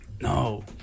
No